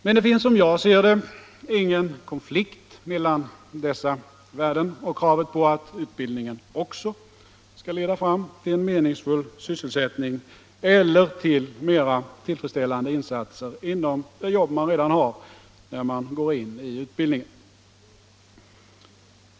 Men det råder, som jag ser det, ingen konflikt mellan dessa värden och kravet på att utbildningen också skall leda fram till en meningsfull sysselsättning eller till mera tillfredsställande insatser inom det jobb man redan har när man går in i utbildningen.